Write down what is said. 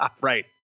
Right